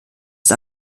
ist